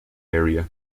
area